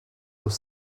aux